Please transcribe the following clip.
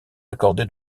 accorder